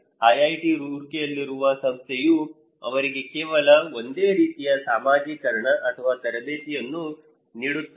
IIT ರೂರ್ಕಿಯಲ್ಲಿರುವ ಸಂಸ್ಥೆಯು ಅವರಿಗೆ ಕೆಲವು ಒಂದೇ ರೀತಿಯ ಸಾಮಾಜಿಕೀಕರಣ ಅಥವಾ ತರಬೇತಿಯನ್ನು ನೀಡುತ್ತದೆ